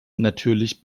natürlich